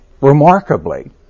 remarkably